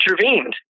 intervened